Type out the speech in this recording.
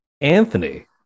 Anthony